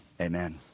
Amen